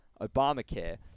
Obamacare